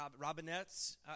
robinets